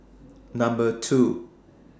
Number two